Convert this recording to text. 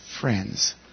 friends